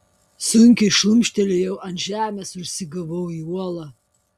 sunkiai šlumštelėjau ant žemės ir užsigavau į uolą